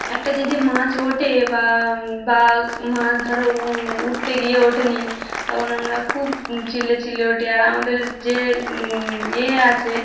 একটা যদি মাছ ওটে বা বা মাছ ধরো উঠতে গিয়ে ওঠেনি তখন আমরা খুব চিল্লে চিল্লে ওটে আর আমাদের যে ইয়ে আছে